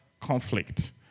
conflict